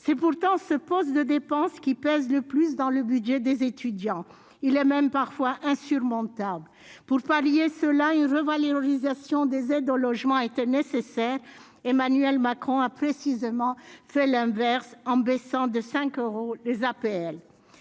C'est pourtant ce poste de dépense qui pèse le plus dans le budget des étudiants. Il est même parfois insurmontable. Pour pallier cette difficulté, une revalorisation des aides au logement était nécessaire. Emmanuel Macron a précisément fait l'inverse, en baissant de 5 euros les APL.